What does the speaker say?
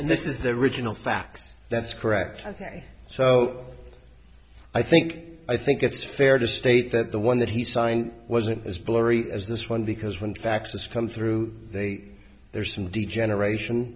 and this is the original fax that's correct i think so i think i think it's fair to state that the one that he signed wasn't as blurry as this one because when faxes come through they there are some degeneration